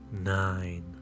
Nine